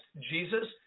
Jesus